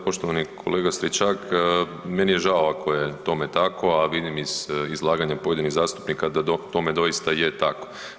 Evo, poštovani kolega Stričak, meni je žao ako je tome tako, a vidim iz izlaganja pojedinih zastupnika da tome doista je tako.